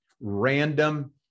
random